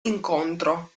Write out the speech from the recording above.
incontro